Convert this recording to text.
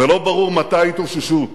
ולא ברור מתי יתאוששו.